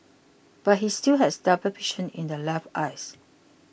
but he still has double vision in the left eye